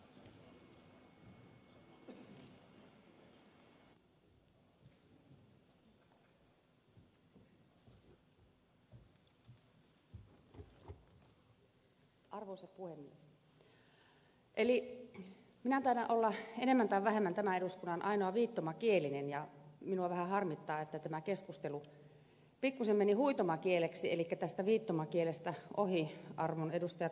minä taidan olla enemmän tai vähemmän tämän eduskunnan ainoa viittomakielinen ja minua vähän harmittaa että tämä keskustelu pikkuisen meni huitomakieleksi elikkä viittomakielestä ohi arvon edustajat molemmat virtaset